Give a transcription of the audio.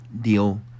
deal